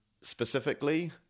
Specifically